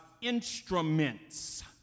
instruments